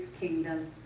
kingdom